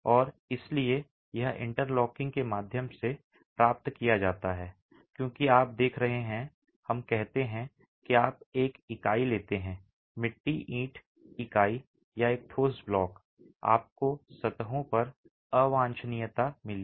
और इसलिए यह इंटरलॉकिंग के माध्यम से प्राप्त किया जाता है क्योंकि आप देख रहे हैं हम कहते हैं कि आप एक इकाई लेते हैं मिट्टी ईंट इकाई या एक ठोस ब्लॉक आपको सतहों पर अवांछनीयता मिली